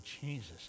Jesus